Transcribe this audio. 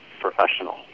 professional